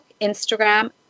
Instagram